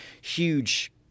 huge